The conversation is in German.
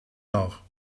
nach